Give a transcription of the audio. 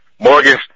Morgan